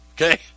Okay